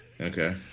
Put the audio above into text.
Okay